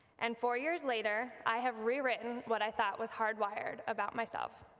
and four years later i have re-written what i thought was hard-wired about myself.